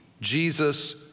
Jesus